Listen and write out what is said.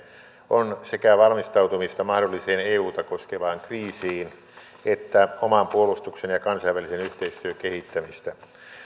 on sekä valmistautumista mahdolliseen euta koskevaan kriisiin että oman puolustuksen ja kansainvälisen yhteistyön kehittämistä